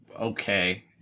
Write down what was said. okay